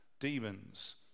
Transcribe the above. demons